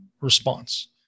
response